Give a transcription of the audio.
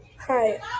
Hi